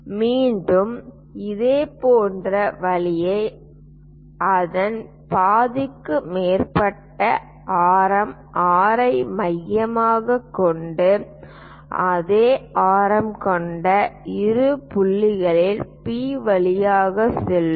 மீண்டும் இதேபோன்ற வழியை அதன் பாதிக்கும் மேற்பட்ட ஆரம் R ஐ மையமாகக் கொண்டு அதே ஆரம் கொண்ட இந்த புள்ளிகளில் P வழியாகச் செல்லும்